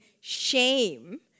shame